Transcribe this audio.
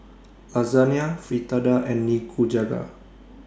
Lasagne Fritada and Nikujaga